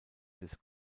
des